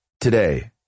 today